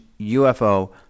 UFO